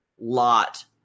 lot